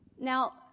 Now